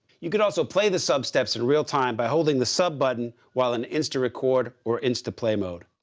you could also play the sub steps in real-time by holding the sub button while an insta-record or insta-play mode.